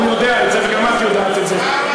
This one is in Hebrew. הוא יודע את זה וגם את יודעת את זה,